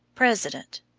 president.